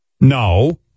no